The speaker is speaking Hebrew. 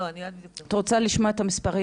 לא, אני אגיד לך --- את רוצה לשמוע את המספרים?